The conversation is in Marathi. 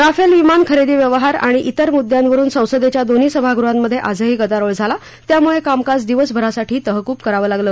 राफेल विमान खरेदी व्यवहार आणि तिर मुद्यांवरुन संसदेच्या दोन्ही सभागृहांमधे आजही गदारोळ झाला त्यामुळे कामकाज दिवसभरासाठी तहकूब करावं लागलं